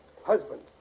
Husband